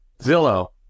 Zillow